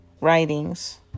writings